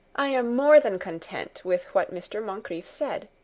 i am more than content with what mr. moncrieff said.